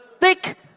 thick